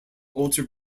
alter